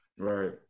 Right